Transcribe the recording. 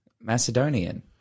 Macedonian